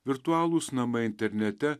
virtualūs namai internete